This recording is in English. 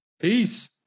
Peace